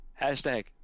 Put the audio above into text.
Hashtag